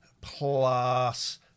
plus